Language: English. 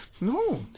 No